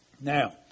Now